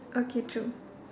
okay true